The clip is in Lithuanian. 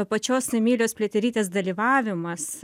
pačios emilijos pliaterytės dalyvavimas